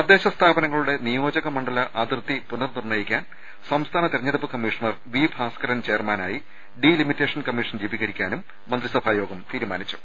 തദ്ദേശ സ്ഥാപനങ്ങളുടെ നിയോജക മണ്ഡല അതിർത്തി പുനർ നിർണ്ണയിക്കാൻ സംസ്ഥാന തെരഞ്ഞെടുപ്പ് കമ്മീ ഷണർ വി ഭാസ്ക്കരൻ ചെയർമാനായി ഡി ലിമിറ്റേഷൻ കമ്മീഷൻ രൂപീകരിക്കാനും മന്ത്രിസഭാ യോഗം തീരു മാനിച്ചു